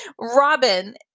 Robin